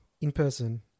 in-person